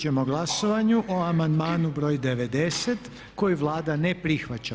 ćemo glasovanju o amandmanu br. 90. koji Vlada ne prihvaća.